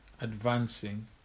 advancing